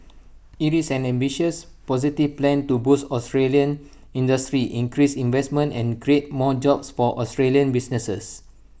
IT is an ambitious positive plan to boost Australian industry increase investment and create more jobs for Australian businesses